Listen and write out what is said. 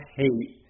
hate